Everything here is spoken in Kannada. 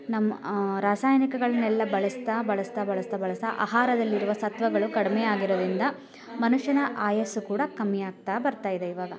ನಮ್ಮ ರಾಸಾಯನಿಕಗಳ್ನೆಲ್ಲ ಬಳಸ್ತಾ ಬಳಸ್ತಾ ಬಳಸ್ತಾ ಬಳಸ್ತಾ ಆಹಾರದಲ್ಲಿರುವ ಸತ್ವಗಳು ಕಡಿಮೆಯಾಗಿರೋದರಿಂದ ಮನುಷ್ಯನ ಆಯಸ್ಸು ಕೂಡ ಕಮ್ಮಿಯಾಗ್ತಾ ಬರ್ತಾಯಿದೆ ಇವಾಗ